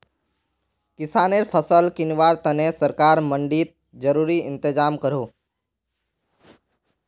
किस्सानेर फसल किंवार तने सरकार मंडित ज़रूरी इंतज़ाम करोह